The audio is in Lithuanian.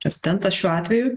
prezidentas šiuo atveju